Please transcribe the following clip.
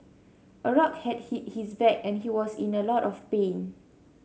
a rock had hit his back and he was in a lot of pain